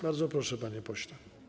Bardzo proszę, panie pośle.